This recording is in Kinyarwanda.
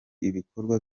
ibikorwa